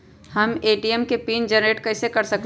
हम ए.टी.एम के PIN generate कईसे कर सकली ह?